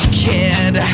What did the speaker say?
kid